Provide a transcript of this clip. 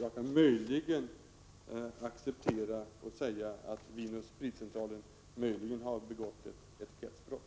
Jag kan möjligen säga att Vin & Prot. 1987/88:77 Spritcentralen har begått ett etikettsbrott. 26 februari 1988